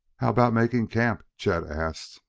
how about making camp? chet asked.